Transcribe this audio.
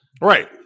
right